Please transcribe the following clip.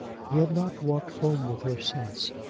he had not walked home with her since,